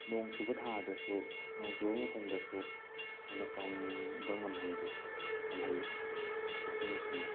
ꯅꯣꯡ ꯆꯨꯕ ꯊꯥꯗꯁꯨ ꯅꯣꯡ ꯆꯨꯕ ꯃꯇꯝꯗꯁꯨ ꯊꯨꯅ ꯀꯪꯕ ꯉꯝꯍꯟꯕꯤ ꯉꯝꯍꯜꯂꯤ ꯋꯥꯁꯤꯡ ꯃꯦꯆꯤꯟꯅ